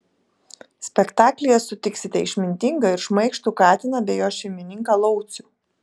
spektaklyje sutiksite išmintingą ir šmaikštų katiną bei jo šeimininką laucių